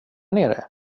nere